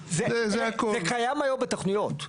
זה יגיע לבג"ץ.